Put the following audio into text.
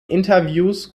interviews